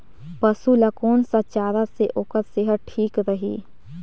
पशु ला कोन स चारा से ओकर सेहत ठीक रही?